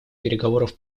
переговоров